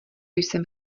jsem